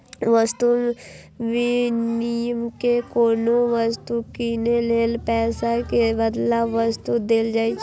वस्तु विनिमय मे कोनो वस्तु कीनै लेल पैसा के बदला वस्तुए देल जाइत रहै